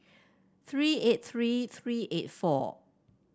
three eight three three eight four